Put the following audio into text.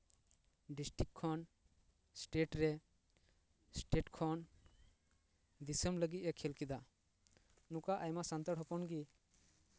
district ᱠᱷᱚᱱ state ᱨᱮ state ᱠᱷᱚᱱ ᱫᱤᱥᱚᱢ ᱞᱟᱹᱜᱤᱫ ᱮ ᱠᱷᱮᱞ ᱠᱮᱫᱟ ᱱᱚᱝᱠᱟ ᱟᱭᱢᱟ ᱥᱟᱱᱛᱟᱲ ᱦᱚᱯᱚᱱ ᱜᱮ